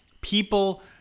people